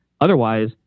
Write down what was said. Otherwise